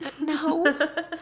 no